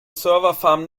serverfarm